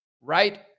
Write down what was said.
right